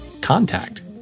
contact